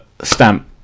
stamp